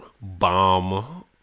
bomb